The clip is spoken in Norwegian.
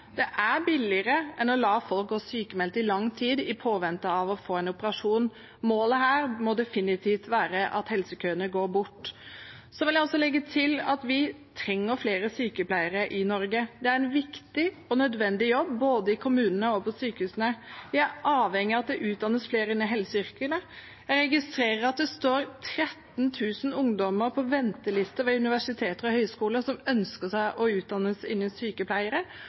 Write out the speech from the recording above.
Det er billigere enn å la folk gå sykmeldte i lang tid i påvente av å få en operasjon. Målet her må definitivt være at helsekøene går bort. Så vil jeg også legge til at vi trenger flere sykepleiere i Norge. Det er en viktig og nødvendig jobb både i kommunene og på sykehusene. Vi er avhengige av at det utdannes flere innen helseyrkene. Jeg registrerer at det står 13 000 ungdommer som ønsker å utdanne seg til sykepleiere, på ventelister ved universiteter og høyskoler.